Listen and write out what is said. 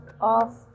off